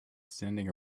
standing